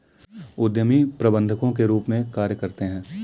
उद्यमी प्रबंधकों के रूप में कार्य करते हैं